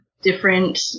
different